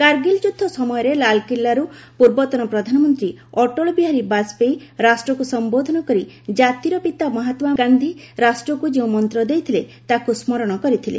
କାର୍ଗିଲ୍ ଯୁଦ୍ଧ ସମୟରେ ଲାଲ୍କିଲ୍ଲାରୁ ପୂର୍ବତନ ପ୍ରଧାନମନ୍ତ୍ରୀ ଅଟଳ ବିହାରୀ ବାଜପେୟୀ ରାଷ୍ଟ୍ରକୁ ସମ୍ବୋଧନ କରି କ୍ଷାତିର ପିତା ମହାତ୍ମାଗାନ୍ଧୀ ରାଷ୍ଟ୍ରକୁ ଯେଉଁ ମନ୍ତ ଦେଇଥିଲେ ତାକୁ ସ୍ମରଣ କରିଥିଲେ